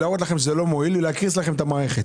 להראות לכם שזה לא מועיל ולהקריס לכם את המערכת.